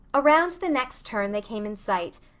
around the next turn they came in sight,